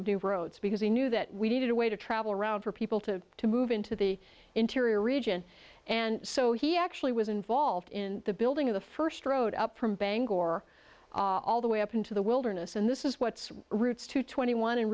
of do roads because he knew that we needed a way to travel around for people to move into the interior region and so he actually was involved in the building of the first road up from bangor all the way up into the wilderness and this is what's routes to twenty one